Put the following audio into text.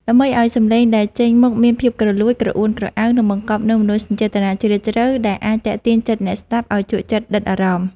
ដើម្បីឱ្យសម្លេងដែលចេញមកមានភាពគ្រលួច ក្រអួនក្រអៅ និងបង្កប់នូវមនោសញ្ចេតនាជ្រាលជ្រៅ ដែលអាចទាក់ទាញចិត្តអ្នកស្តាប់ឱ្យជក់ចិត្តដិតអារម្មណ៍។